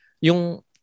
yung